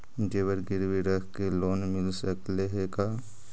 जेबर गिरबी रख के लोन मिल सकले हे का?